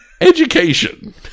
Education